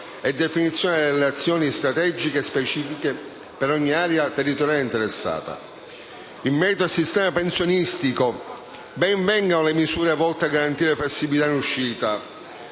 e definendo le azioni strategiche specifiche per ogni area territoriale interessata. In merito al sistema pensionistico, ben vengano le misure volte a garantire flessibilità in uscita,